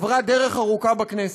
עברה דרך ארוכה בכנסת.